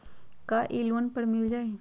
का इ लोन पर मिल जाइ?